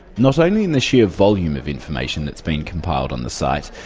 not only in the sheer volume of information that's been compiled on the site,